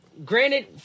Granted